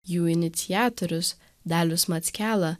jų iniciatorius dalius mackela